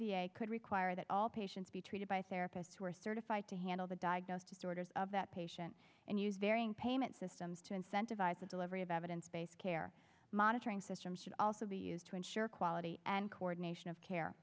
a could require that all patients be treated by therapists who are certified to handle the diagnosis orders of that patient and use varying payment systems to incentivize the delivery of evidence based care monitoring system should also be used to ensure quality and coordination of care